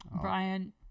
Brian